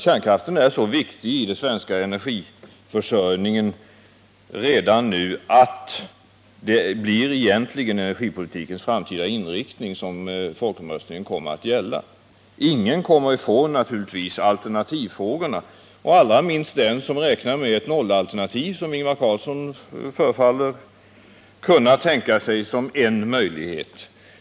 Kärnkraften är så viktig i den svenska energiförsörjningen redan nu att det egentligen blir energipolitikens framtida inriktning som folkomröstningen kommer att gälla. Ingen kommer naturligtvis ifrån alternativfrågorna och allra minst den som räknar med ett nollalternativ, som Ingvar Carlsson förefaller kunna tänka sig som en möjlighet.